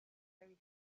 very